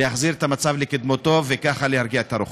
להחזיר את המצב לקדמותו וכך להרגיע את הרוחות.